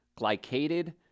glycated